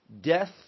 death